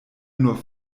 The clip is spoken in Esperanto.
nur